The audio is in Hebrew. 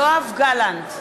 יואב גלנט,